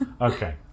Okay